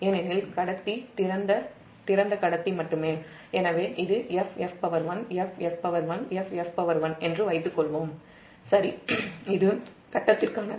ஏனெனில் திறந்த கடத்தி மட்டுமேஎனவே இது FF1FF1FF1 என்று வைத்துக்கொள்வோம் சரிஇது 'a' கட்டத்திற்கானது